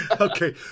okay